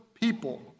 people